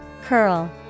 Curl